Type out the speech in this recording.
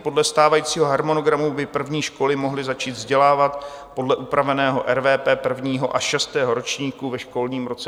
Podle stávajícího harmonogramu by první školy mohly začít vzdělávat podle upraveného RVP prvního až šestého ročníku ve školním roce 2024/2025.